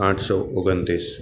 આઠસો ઓગણત્રીસ